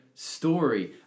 Story